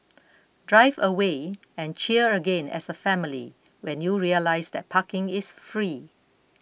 drive away and cheer again as a family when you realise that parking is free